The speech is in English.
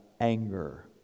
anger